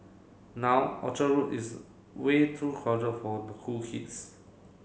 now Orchard Road is way too crowded for the cool kids